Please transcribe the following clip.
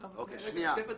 7ד,